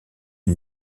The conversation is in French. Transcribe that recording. une